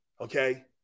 Okay